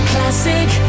Classic